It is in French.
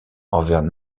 envers